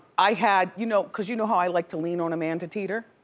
i had, you know cause you know how i like to lean on a man to teeter,